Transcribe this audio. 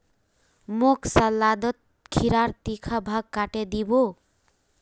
मोक सलादत खीरार तीखा भाग काटे दी बो